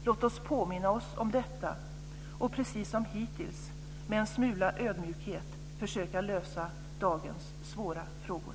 Låt oss påminna oss om detta och, precis som hittills, med en smula ödmjukhet försöka lösa dagens svåra frågor.